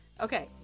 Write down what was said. Okay